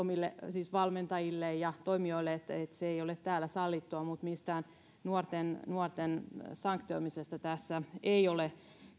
valmentajille ja toimijoille että se ei ole täällä sallittua mutta mistään nuorten nuorten sanktioimisesta tässä ei ole